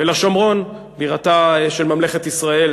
ולשומרון, בירתה של ממלכת ישראל.